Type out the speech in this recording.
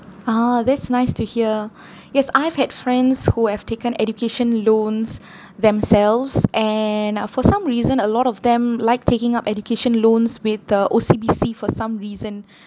a'ah that's nice to hear yes I've had friends who have taken education loans themselves and uh for some reason a lot of them like taking up education loans with uh O_C_B_C for some reason